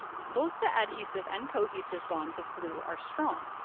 both the adhesive and cohesive bonds of glue are strong,